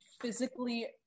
physically